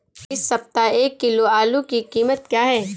इस सप्ताह एक किलो आलू की कीमत क्या है?